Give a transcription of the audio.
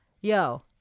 Yo